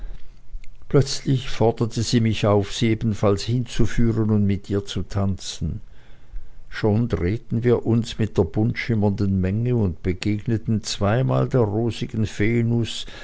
plötzlich forderte sie mich auf sie ebenfalls hinzuführen und mit ihr zu tanzen schon drehten wir uns mit der buntschimmernden menge und begegneten zweimal der rosigen